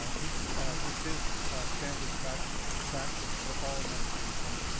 um this this is standard practice practice for all medication.